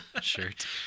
shirt